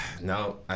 No